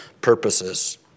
purposes